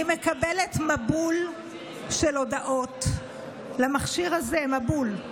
אני מקבלת מבול של הודעות למכשיר הזה, מבול,